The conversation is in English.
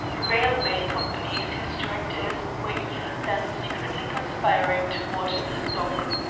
railway companies whose directors were even then secretly conspiring to water the stock.